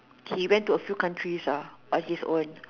he went to a few countries ah on his own